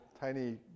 tiny